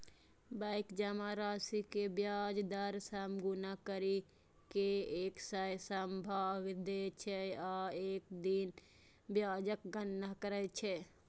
bank जमा राशि कें ब्याज दर सं गुना करि कें एक सय सं भाग दै छै आ एक दिन ब्याजक गणना करै छै